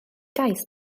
gais